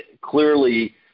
clearly